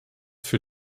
für